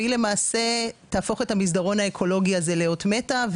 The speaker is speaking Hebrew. והיא למעשה תהפוך את המסדרון האקולוגי הזה לאות מתה,